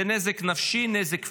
זה נזק נפשי, נזק פיזי,